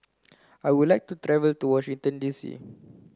I would like to travel to Washington D C